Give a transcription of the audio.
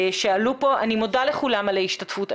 אני מודה לכולם על ההשתתפות.